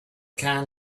can